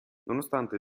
nonostante